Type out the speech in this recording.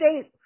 state